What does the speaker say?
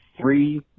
three